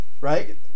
right